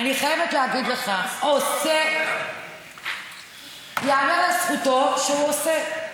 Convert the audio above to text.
אני חייבת להגיד לך, ייאמר לזכותו שהוא עושה,